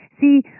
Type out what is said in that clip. See